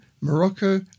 Morocco